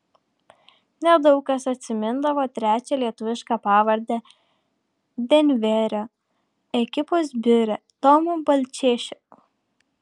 nedaug kas atsimindavo trečią lietuvišką pavardę denverio ekipos biure tomo balčėčio